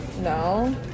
No